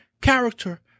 character